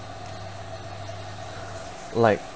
like